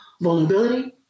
vulnerability